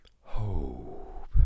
hope